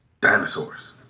Dinosaurs